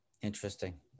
interesting